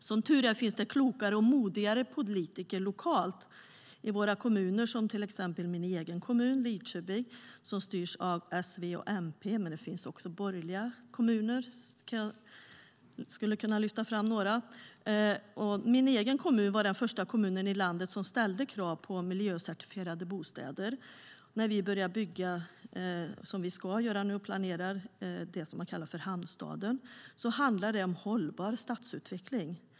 Som tur är finns det klokare och modigare politiker lokalt i våra kommuner, till exempel i min egen kommun Lidköping, som styrs av S, V och MP. Men det finns också några borgerliga kommuner som jag skulle kunna lyfta fram. Min egen kommun var den första i landet som ställde krav på miljöcertifierade bostäder. Vi planerar nu för att börja bygga den nya Hamnstaden, som den kallas. Det handlar då om hållbar stadsutveckling.